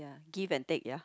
give and take ya